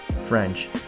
French